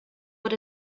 but